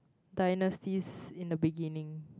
dynasties in the beggining